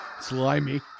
Slimy